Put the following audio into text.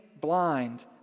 blind